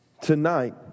Tonight